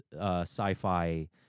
sci-fi